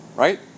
Right